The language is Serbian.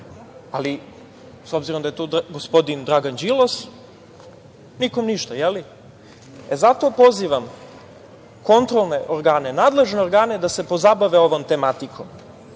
ali s obzirom da je to gospodin Dragan Đilas, nikom ništa, je li? Zato pozivam kontrolne organe, nadležne organe, da se pozabave ovom tematikom. Njegov